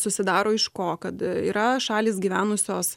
susidaro iš ko kad yra šalys gyvenusios